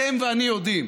אתם ואני יודעים,